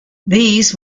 these